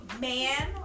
man